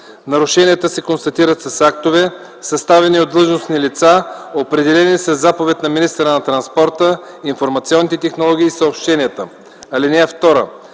Нарушенията се констатират с актове, съставени от длъжностни лица, определени със заповед на министъра на транспорта, информационните технологии и съобщенията.